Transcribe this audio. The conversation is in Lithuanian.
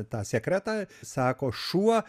tą sekretą sako šuo